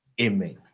Amen